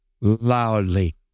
loudly